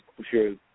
sure